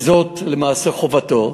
וזאת למעשה חובתו,